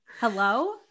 Hello